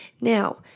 Now